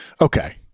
Okay